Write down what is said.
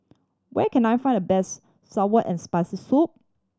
where can I find the best sour and Spicy Soup